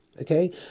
Okay